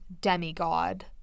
demigod